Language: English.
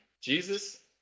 Jesus